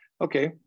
Okay